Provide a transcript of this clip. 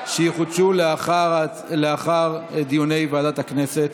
הם יחודשו לאחר דיוני ועדת הכנסת.